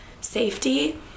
safety